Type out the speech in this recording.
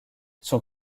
son